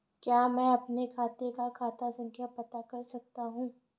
क्या मैं अपने खाते का खाता संख्या पता कर सकता हूँ?